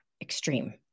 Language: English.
extreme